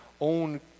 own